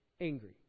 angry